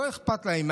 לא אכפת להם,